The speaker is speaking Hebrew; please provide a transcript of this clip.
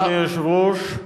אדוני היושב-ראש,